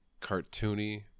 cartoony